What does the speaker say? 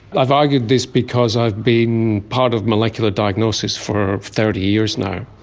i've argued this because i've been part of molecular diagnosis for thirty years now.